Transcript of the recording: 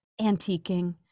antiquing